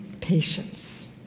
patience